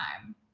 time